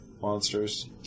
monsters